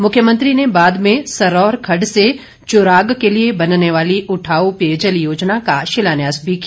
मुख्यमंत्री ने बाद में सरौर खड़ड से चराग के लिए बनने वाली उठाऊ पेयजल योजना का शिलान्यास भी किया